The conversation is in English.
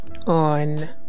On